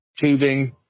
tubing